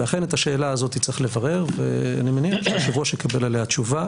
אכן את השאלה הזאת צריך לברר ואני מניח שהיושב-ראש יקבל עליה תשובה.